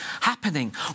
happening